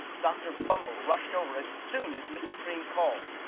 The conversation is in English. dr. bumble rushed over as soon as mrs. cream called,